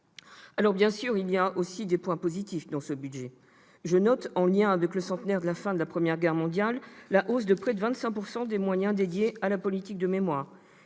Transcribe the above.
Alors, bien sûr, il y a aussi des points positifs dans ce budget. Je note, en lien avec le centenaire de la fin de la Première Guerre mondiale, la hausse de près de 25 % des moyens dédiés à la politique de mémoire